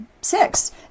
six